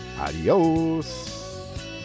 adios